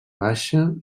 baixa